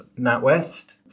NatWest